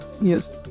yes